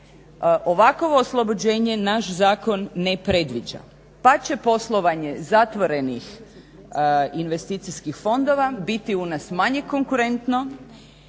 Ovakvo oslobođenje naš zakon ne predviđa pa će poslovanje zatvorenih investicijskih fondova biti u nas manje konkurentno.